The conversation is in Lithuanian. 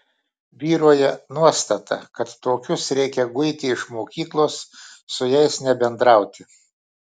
vyrauja nuostata kad tokius reikia guiti iš mokyklos su jais nebendrauti